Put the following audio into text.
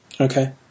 Okay